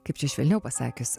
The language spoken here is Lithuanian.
kaip čia švelniau pasakius